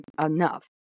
enough